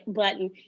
button